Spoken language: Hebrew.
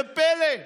ב-15 ביוני 1970,